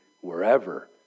wherever